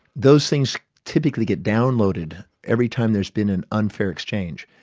those things typically get downloaded every time there's been an unfair exchange.